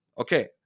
Okay